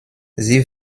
sie